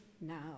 now